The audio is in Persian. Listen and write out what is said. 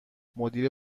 مدیر